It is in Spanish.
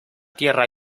tierra